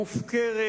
מופקרת,